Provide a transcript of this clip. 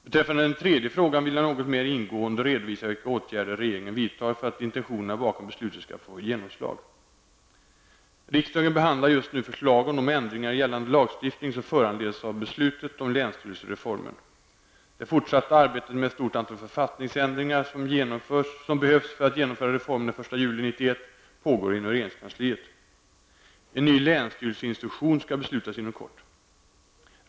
Beträffande den tredje frågan vill jag något mer ingående redovisa vilka åtgärder regeringen vidtar för att intentionerna bakom beslutet skall få genomslag. Riksdagen behandlar just nu förslag om de ändringar i gällande lagstiftning som föranleds av beslutet om länsstyrelsereformen . Det fortsatta arbetet med ett stort antal författningsändringar, som behövs för att genomföra reformen den 1 juli 1991, pågår inom regeringskansliet. En ny länsstyrelseinstruktion skall beslutas inom kort.